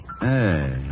Hey